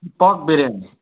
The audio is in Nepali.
कि पर्क बिरयानी